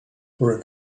for